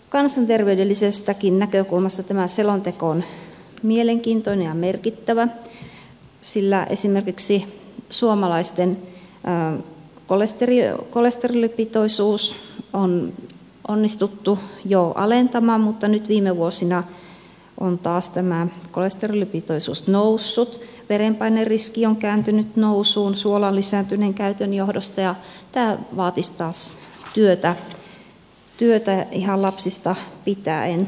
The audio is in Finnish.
kansanterveydellisestäkin näkökulmasta tä mä selonteko on mielenkiintoinen ja merkittävä sillä esimerkiksi suomalaisten kolesterolipitoisuus on onnistuttu jo alentamaan mutta nyt viime vuosina on taas tämä kolesterolipitoisuus noussut verenpaineriski on kääntynyt nousuun suolan lisääntyneen käytön johdosta ja tämä vaatisi taas työtä ihan lapsista pitäen